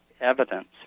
evidence